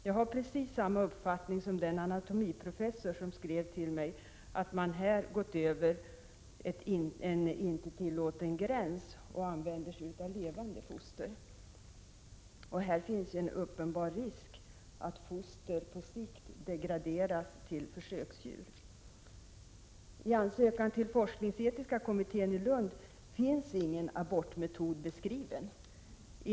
Jag har precis samma uppfattning som den anatomiprofessor som skrev till mig, att man här gått över gränsen för det tillåtna — och använt sig av levande foster. Här finns en uppenbar risk att foster på sikt degraderas till försöksdjur. I ansökan till forskningsetiska kommittén i Lund finns ingen abortmetod beskriven.